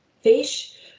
fish